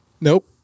Nope